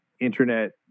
internet